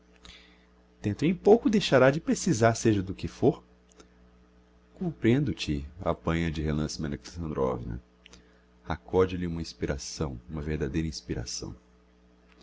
dentro em pouco deixará de precisar seja do que fôr comprehendo te apanha de relance maria alexandrovna accode lhe uma inspiração uma verdadeira inspiração